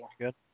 good